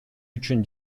үчүн